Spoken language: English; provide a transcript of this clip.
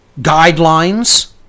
guidelines